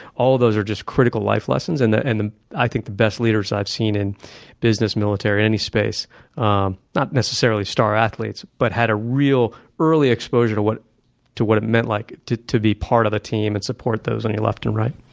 all of those are just critical life lessons. and and i think the best leaders i've seen in business, military, any space um not necessarily star athletes but had a real early exposure to what to what it meant like to to be part of the team and support those on your left and right.